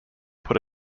put